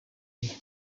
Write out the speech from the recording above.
iyi